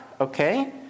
okay